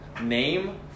name